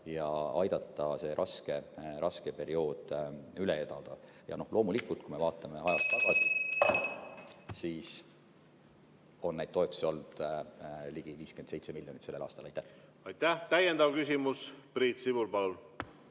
ja aidata see raske periood üle elada. Ja loomulikult, kui me vaatame ajas tagasi, siis on neid toetusi olnud ligi 57 miljonit sellel aastal. Aitäh, hea küsija! Mina olen